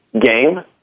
game